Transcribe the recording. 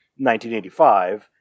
1985